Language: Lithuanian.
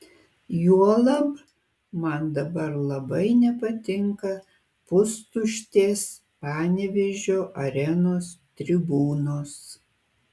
juolab man dabar labai nepatinka pustuštės panevėžio arenos tribūnos